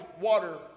water